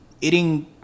eating